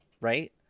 right